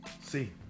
See